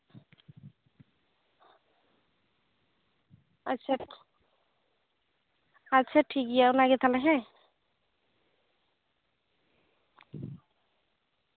ᱟᱪᱪᱷᱟ ᱟᱪᱪᱷᱟ ᱴᱷᱤᱠᱜᱮᱭᱟ ᱚᱱᱟ ᱜᱮ ᱛᱟᱦᱚᱞᱮ ᱦᱮᱸ